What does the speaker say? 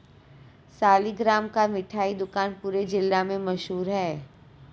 सालिगराम का मिठाई दुकान पूरे जिला में मशहूर है